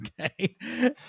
Okay